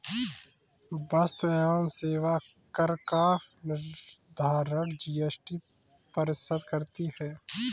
वस्तु एवं सेवा कर का निर्धारण जीएसटी परिषद करती है